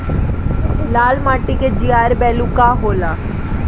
लाल माटी के जीआर बैलू का होला?